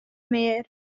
mear